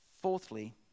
Fourthly